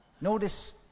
Notice